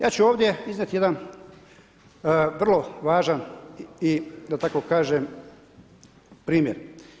Ja ću ovdje iznijeti jedan vrlo važan i da tako kažem, primjer.